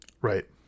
Right